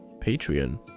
Patreon